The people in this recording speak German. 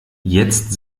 jetzt